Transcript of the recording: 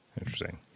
Interesting